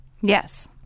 Yes